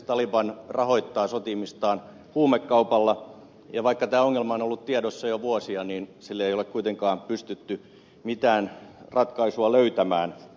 taliban rahoittaa sotimistaan huumekaupalla ja vaikka tämä ongelma on ollut tiedossa jo vuosia sille ei ole kuitenkaan pystytty mitään ratkaisua löytämään